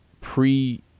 pre